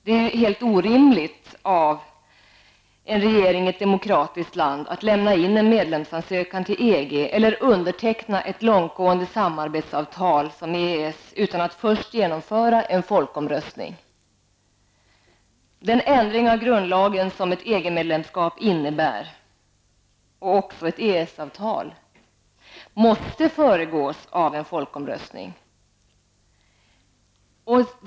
Det är helt orimligt av en regering i ett demokratiskt land att lämna in en medlemsansökan till EG eller underteckna ett långtgående samarbetsavtal som EES utan att först genomföra en folkomröstning. medlemskap och också ett EES-avtal innebär måste föregås av en folkomröstning.